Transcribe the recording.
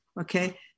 Okay